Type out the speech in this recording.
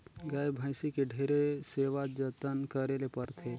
गाय, भइसी के ढेरे सेवा जतन करे ले परथे